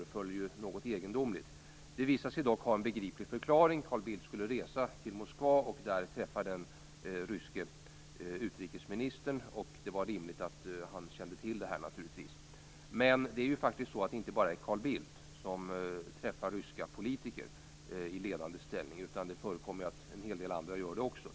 Detta föreföll något egendomligt men visade sig dock ha en begriplig förklaring. Carl Bildt skulle resa till Moskva och där träffa den ryske utrikesministern, och det var naturligtvis rimligt att han skulle känna till det här. Men det är faktiskt inte bara Carl Bildt som träffar ryska politiker i ledande ställning, utan det förekommer också att en hel del andra gör det.